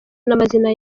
n’amazina